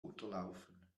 unterlaufen